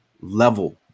level